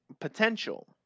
Potential